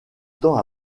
temps